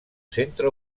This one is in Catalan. centre